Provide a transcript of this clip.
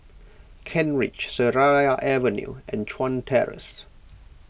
Kent Ridge Seraya Avenue and Chuan Terrace